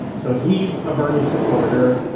so he's a bernie supporter.